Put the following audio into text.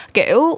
Kiểu